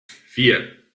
vier